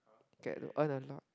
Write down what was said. get to earn a lot